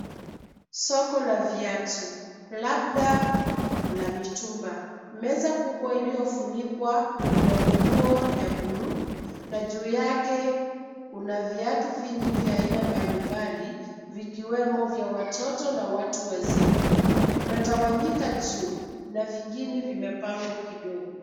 Soko la viatu labda la mitumba. Meza kubwa iliyofunikwa na nguo ya bluu na juu yake kuna viatu vingi vya aina mbalimbali vikiwemo vya watoto na watu wazima. Vimetawanyika juu, na vingine vimepangwa kidogo.